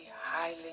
highly